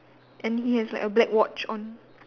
and he has like a black watch on